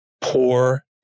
poor